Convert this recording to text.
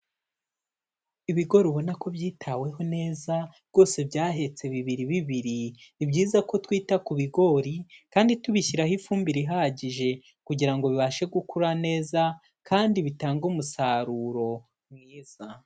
Ibigori ubona ko byitaweho neza, rwose byahetse bibiri bibiri, ni byiza ko twita ku bigori kandi tubishyiraho ifumbire ihagije kugira ngo bibashe gukura neza kandi bitange umusaruro mwiza.